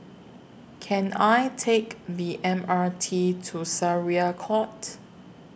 Can I Take The M R T to Syariah Court